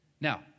Now